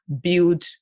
build